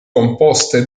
composte